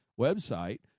website